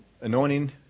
anointing